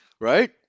right